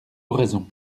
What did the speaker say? oraison